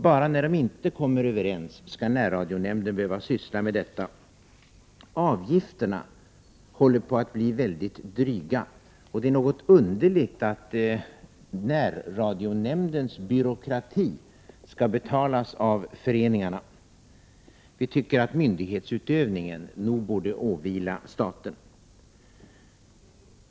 Bara när de inte kommer överens skall närradionämnden behöva syssla med detta. Avgifterna håller på att bli mycket dryga. Det är något underligt att närradionämndens byråkrati skall betalas av föreningarna. Vi tycker att myndighetsutövningen borde åvila staten.